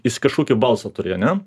jis kažkokį balsą turi ane